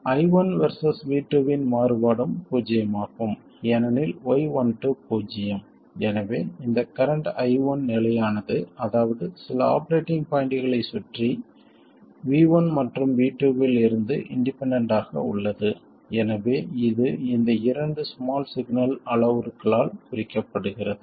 I1 versus V2 இன் மாறுபாடும் பூஜ்ஜியமாகும் ஏனெனில் y12 பூஜ்ஜியம் எனவே இந்த கரண்ட் I1 நிலையானது அதாவது சில ஆபரேட்டிங் பாய்ண்ட்களைச் சுற்றி V1 மற்றும் V2 இல் இருந்து இண்டிபெண்டண்ட் ஆக உள்ளது எனவே இது இந்த இரண்டு ஸ்மால் சிக்னல் அளவுருக்களால் குறிக்கப்படுகிறது